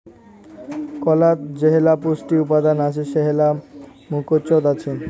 কলাত যেইলা পুষ্টি উপাদান আছে সেইলা মুকোচত আছে